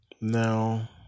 Now